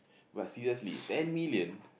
but seriously ten million